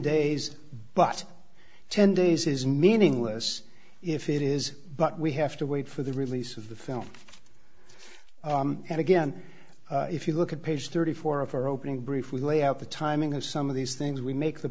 days but ten days is meaningless if it is but we have to wait for the release of the film and again if you look at page thirty four of our opening brief we lay out the timing of some of these things we make the